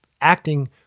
acting